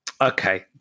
okay